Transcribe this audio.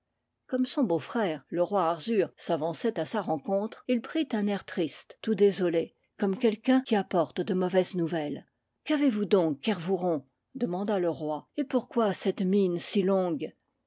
comme son beau-frère le roi arzur s'avançait à sa rencontre il prit un air triste tout désolé comme quelqu'un qui apporte de mauvaises nouvelles qu'avez-vous donc kervouron demanda le roi et pour quoi cette mine si longue